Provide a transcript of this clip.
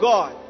God